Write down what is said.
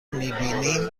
میبینیم